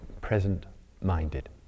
present-minded